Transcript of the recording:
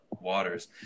waters